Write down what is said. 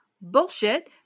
Bullshit